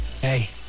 Hey